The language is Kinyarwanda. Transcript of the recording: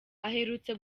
aherutse